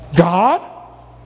God